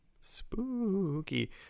spooky